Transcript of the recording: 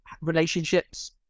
relationships